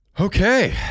Okay